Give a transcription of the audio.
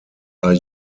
are